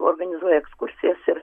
organizuoju ekskursijas ir